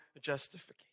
justification